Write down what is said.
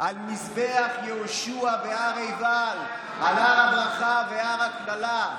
מזבח יהושע בהר עיבל, על הר הברכה והר הקללה,